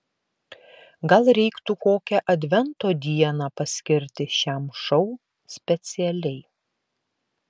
gal reiktų kokią advento dieną paskirti šiam šou specialiai